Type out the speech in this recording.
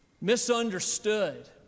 misunderstood